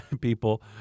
People